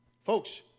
Folks